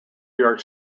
york